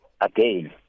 Again